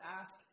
ask